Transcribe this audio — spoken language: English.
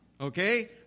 Okay